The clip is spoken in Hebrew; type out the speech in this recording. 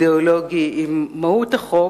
האידיאולוגי עם מהות החוק,